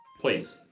please